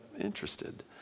interested